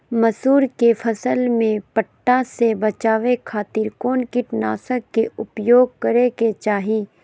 मसूरी के फसल में पट्टा से बचावे खातिर कौन कीटनाशक के उपयोग करे के चाही?